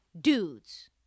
dudes